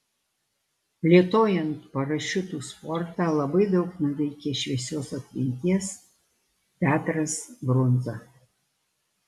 plėtojant parašiutų sportą labai daug nuveikė šviesios atminties petras brundza